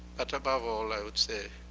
but above all, i would say